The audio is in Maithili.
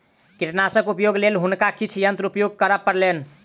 कीटनाशकक उपयोगक लेल हुनका किछ यंत्र उपयोग करअ पड़लैन